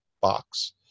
box